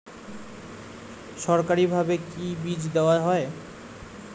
সরকারিভাবে কি বীজ দেওয়া হয়?